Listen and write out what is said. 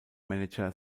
manager